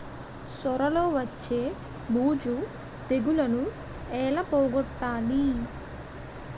సొర లో వచ్చే బూజు తెగులని ఏల పోగొట్టాలి?